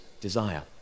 desire